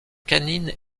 canine